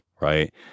right